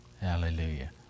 Hallelujah